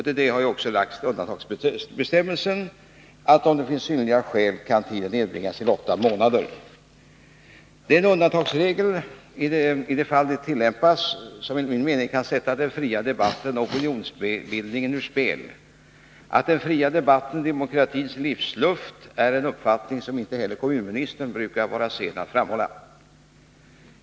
Till detta har lagts undantagsbestämmelsen att om ”det finns synnerliga skäl” kan tiden nedbringas till åtta månader. Det är denna undantagsregel — i de fall den tillämpas — som enligt min mening kan sätta den fria debatten och opinionsbildningen ur spel. Att den fria debatten är demokratins livsluft är en uppfattning som inte heller kommunministern brukar vara sen att framhålla.